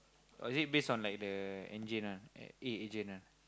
or is it based on the like the agent one eh agent one